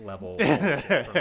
level